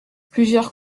plusieurs